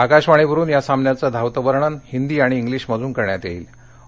आकाशवाणीवरुन या सामन्याचं धावतं वर्णन हिंदी आणि इंग्लिशमधून करण्यात यद्दत्त